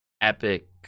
epic